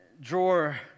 drawer